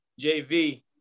JV